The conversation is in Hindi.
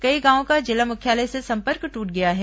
कई गांवों का जिला मुख्यालय से संपर्क टूट गया है